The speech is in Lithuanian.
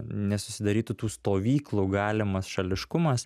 nesusidarytų tų stovyklų galimas šališkumas